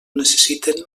necessiten